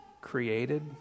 created